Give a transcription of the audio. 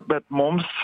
bet mums